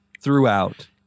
throughout